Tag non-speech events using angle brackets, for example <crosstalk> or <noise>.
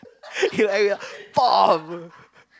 he like a <noise>